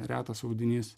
retas audinys